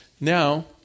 Now